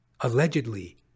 allegedly